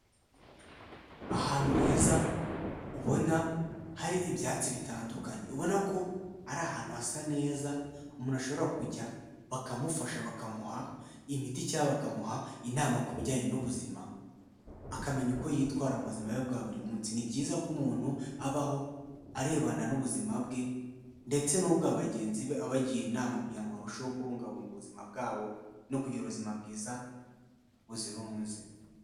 Ahantu heza ubona hari ibyatsi bitandukanye, ubona ko ari ahantu hasa neza umuntu ashobora kujya bakamufasha bakamuha imiti cyangwa bakamuha inama ku bijyanye n'ubuzima akamenya uko yitwara mu buzima bwe bwa buri munsi, ni byiza ko umuntu abaho arebana n'ubuzima bwe ndetse n'ubwa bagenzi be abagira inama kugira ngo barusheho kubungabunga ubuzima bwabo no kugira ubuzima bwiza buzira umuze.